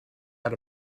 out